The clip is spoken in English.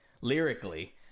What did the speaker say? lyrically